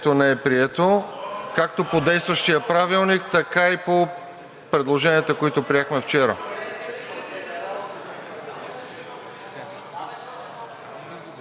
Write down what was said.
не е прието както по действащия Правилник, така и по предложенията, които приехме вчера.